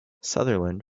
sutherland